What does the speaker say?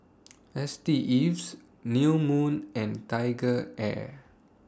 S T Ives New Moon and Tiger Air